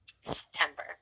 september